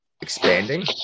expanding